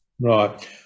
right